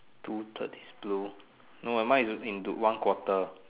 two third is blue no mine don't think is one quarter